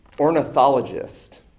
ornithologist